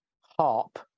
harp